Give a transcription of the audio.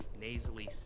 nasally